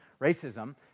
racism